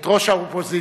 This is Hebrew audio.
את ראש האופוזיציה.